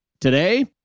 today